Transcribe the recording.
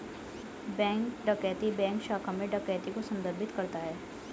bank डकैती bank शाखा में डकैती को संदर्भित करता है